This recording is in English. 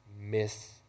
miss